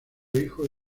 hijos